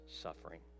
suffering